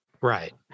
Right